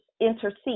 intercede